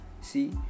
see